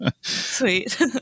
Sweet